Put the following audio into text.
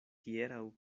hieraŭ